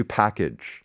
package